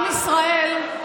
עם ישראל,